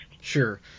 Sure